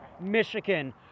Michigan